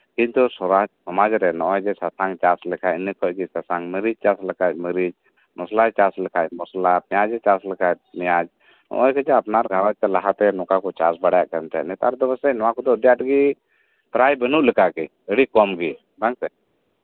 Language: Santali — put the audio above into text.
ᱠᱤᱱᱛᱩ ᱥᱚᱢᱟᱡᱨᱮ ᱱᱚᱜ ᱚᱭ ᱡᱮ ᱥᱟᱥᱟᱝ ᱪᱟᱥ ᱞᱮᱠᱷᱟᱱ ᱥᱟᱥᱟᱝ ᱢᱟᱹᱨᱤᱪ ᱪᱟᱥ ᱞᱮᱠᱷᱟᱱ ᱢᱟᱹᱨᱤᱪ ᱢᱚᱥᱞᱟᱭ ᱪᱟᱥ ᱞᱮᱠᱷᱟᱱ ᱢᱚᱥᱞᱟ ᱯᱮᱸᱭᱟᱡᱮ ᱪᱟᱥ ᱞᱮᱠᱷᱟᱱ ᱯᱮᱸᱡᱟᱭ ᱱᱚᱜᱼᱚᱭ ᱟᱯᱱᱟᱨ ᱜᱷᱟᱸᱨᱚᱡᱽ ᱨᱮ ᱞᱟᱦᱟᱛᱮ ᱱᱚᱝᱠᱟ ᱠᱚ ᱪᱟᱥ ᱵᱟᱲᱟᱭᱮᱫ ᱛᱟᱦᱮᱱ ᱱᱮᱛᱟᱨ ᱫᱚ ᱯᱟᱥᱮᱪ ᱱᱚᱶᱟ ᱠᱚᱫᱚ ᱟᱹᱰᱤ ᱟᱸᱴᱜᱮ ᱯᱨᱟᱭ ᱵᱟᱹᱱᱩᱜ ᱞᱮᱠᱟᱜᱮ ᱟᱹᱰᱤ ᱠᱚᱢ ᱜᱮ ᱵᱟᱝ ᱥᱮ